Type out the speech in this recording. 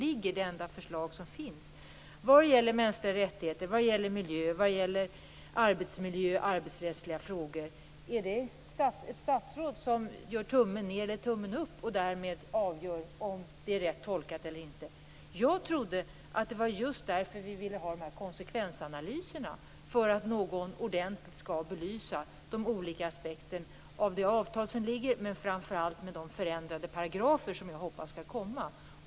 Det är det enda förslag som finns vad gäller mänskliga rättigheter, miljö, arbetsmiljö och arbetsrättsliga frågor. Är det ett statsråd som skall göra tummen ned eller tummen upp och därmed avgöra om det är rätt tolkat eller inte? Jag trodde att det var just därför vi ville ha de här konsekvensanalyserna, för att någon ordentligt skall belysa de olika aspekterna av det avtal som föreligger, men framför allt med de förändrade paragrafer som jag hoppas skall komma.